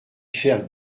faire